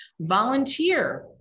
volunteer